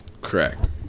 Correct